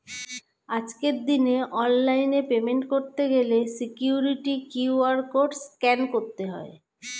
আজকের দিনে অনলাইনে পেমেন্ট করতে গেলে সিকিউরিটি কিউ.আর কোড স্ক্যান করতে হয়